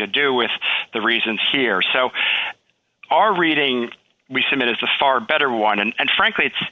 to do with the reasons here so our reading we submit is a far better one and frankly it's